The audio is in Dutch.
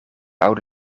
oude